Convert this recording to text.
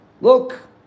Look